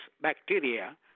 bacteria